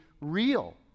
real